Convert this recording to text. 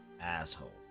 Asshole